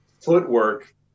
footwork